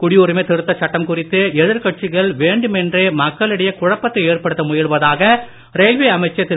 குடியுரிமை சட்டம் குறித்து எதிர் கட்சிகள் வேண்டுமென்றே மக்களிடைய குழப்பத்தை ஏற்படுத்த முயலுவதாக ரயில்வே அமைச்சர் திரு